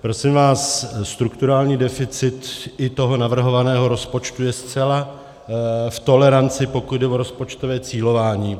Prosím vás, strukturální deficit i toho navrhovaného rozpočtu je zcela v toleranci, pokud jde o rozpočtové cílování.